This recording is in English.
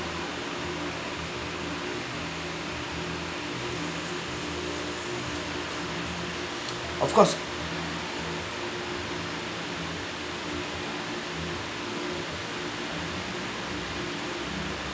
of course